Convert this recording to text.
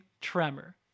Tremor